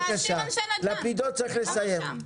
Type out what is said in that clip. לפידות צריך לסיים.